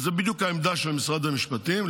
זאת בדיוק העמדה של משרד המשפטים,